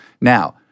Now